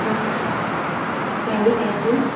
okay okay అండి thank you